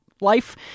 Life